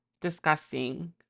disgusting